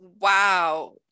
wow